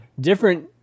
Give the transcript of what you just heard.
different